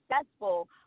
successful